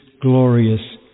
glorious